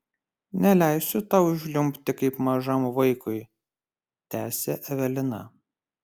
neleisiu tau žliumbti kaip mažam vaikui tęsė evelina